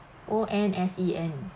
O N S E N